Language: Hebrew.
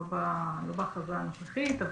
לא בהכרזה הנוכחית,